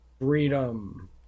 freedom